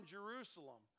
Jerusalem